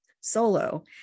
solo